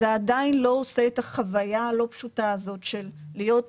זה עדיין לא עושה את החוויה הלא פשוטה הזאת של להיות